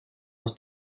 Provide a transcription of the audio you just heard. los